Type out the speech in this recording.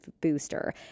booster